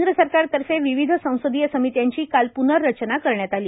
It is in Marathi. केंद्र सरकारतर्फे विविध संसदीय समित्यांची काल प्नर्रचना करण्यात आली